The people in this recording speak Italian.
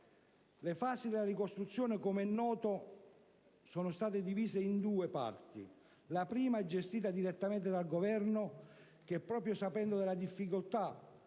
Le fasi della ricostruzione, com'è noto, sono state divise in due parti. La prima è stata gestita direttamente dal Governo, che proprio sapendo della difficoltà